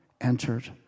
entered